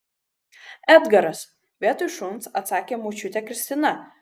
edgaras vietoj šuns atsakė močiutė kristina